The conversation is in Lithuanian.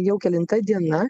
jau kelinta diena